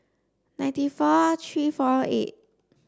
ninety four three four eight